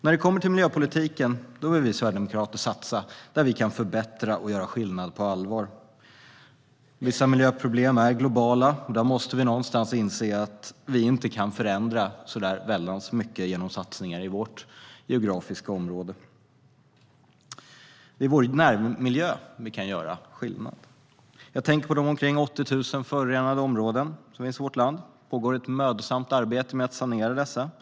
När det kommer till miljöpolitiken vill vi sverigedemokrater satsa där vi kan förbättra och göra skillnad på allvar. Vissa miljöproblem är globala, och där måste vi inse att vi inte kan förändra så mycket genom satsningar i vårt geografiska område. Det är i vår närmiljö vi kan göra skillnad. Jag tänker på de omkring 80 000 förorenade områden som finns i vårt land. Det pågår ett mödosamt arbete med att sanera dessa områden.